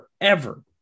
forever